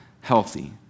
healthy